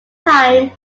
time